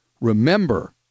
remember